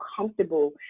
comfortable